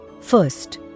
First